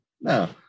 No